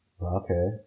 okay